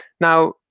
Now